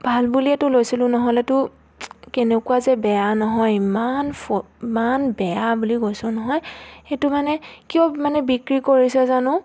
ভাল বুলিয়েতো লৈছিলোঁ নহ'লেতো কেনেকুৱা যে বেয়া নহয় ইমান ফ ইমান বেয়া বুলি কৈছোঁ নহয় সেইটো মানে কিয় মানে বিক্ৰী কৰিছে জানো